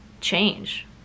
change